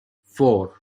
four